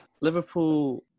Liverpool